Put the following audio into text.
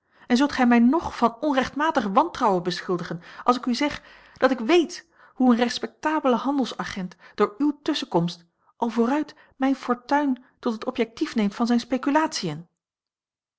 en zult gij mij ng van onrechtmatig wantrouwen beschuldigen als ik u zeg dat ik weet hoe een respectabele handelsagent door uwe tusschenkomst al vooruit mijne fortuin tot het objectief neemt van zijne speculatiën